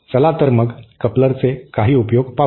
चला तर मग कपलरचे काही उपयोग पाहू